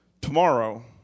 tomorrow